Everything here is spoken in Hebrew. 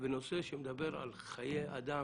ונושא שמדבר על חיי אדם,